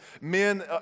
men